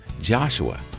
Joshua